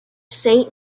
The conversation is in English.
saint